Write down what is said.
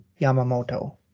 yamamoto